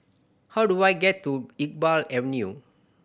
how do I get to Iqbal Avenue